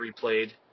replayed